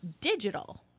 digital